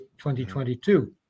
2022